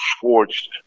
forged